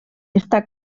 està